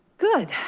good.